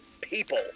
people